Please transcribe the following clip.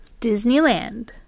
Disneyland